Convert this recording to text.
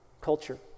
culture